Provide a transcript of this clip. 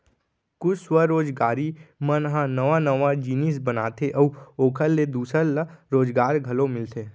कुछ स्वरोजगारी मन ह नवा नवा जिनिस बनाथे अउ ओखर ले दूसर ल रोजगार घलो मिलथे